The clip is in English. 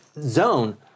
zone